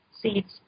seeds